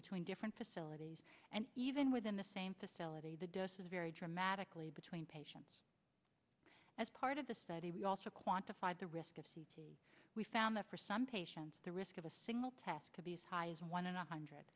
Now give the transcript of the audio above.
between different facilities and even within the same facility the doses vary dramatically between patients as part of the study we also quantified the risk of c t we found that for some patients the risk of a single test to be as high as one in a hundred